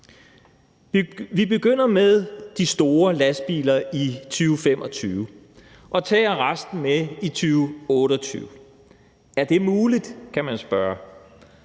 Vi begynder med de store lastbiler i 2025 og tager resten med i 2028. Man kan spørge: